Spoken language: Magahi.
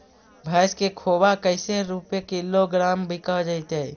भैस के खोबा कैसे रूपये किलोग्राम बिक जइतै?